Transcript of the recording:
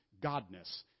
godness